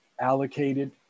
allocated